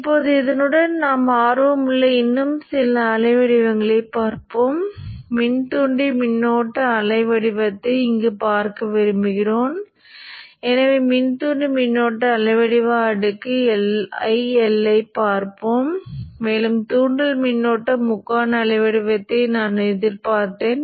இப்போது நாம் இங்கு மின்னோட்டத்தைப் பார்த்தோம் இது மின்தூண்டி மின்னோட்டம் இந்த மின்னோட்டத்தின் பகுதியானது இங்கு பாயும் இதுபோன்ற ஒரு அலைவடிவத்தைக் கொண்டிருந்தது